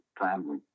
family